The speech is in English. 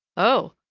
oh!